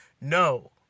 No